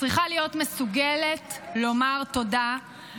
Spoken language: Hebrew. צריכה להיות מסוגלת לומר תודה,